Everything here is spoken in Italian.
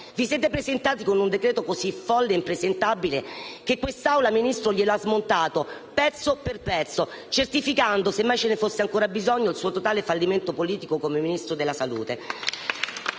Vi siete presentati con un decreto-legge così folle e impresentabile che quest'Assemblea, signor Ministro, glielo ha smontato pezzo per pezzo, certificando - semmai ce ne fosse ancora bisogno - il suo totale fallimento politico come Ministro della salute.